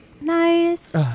nice